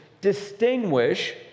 distinguish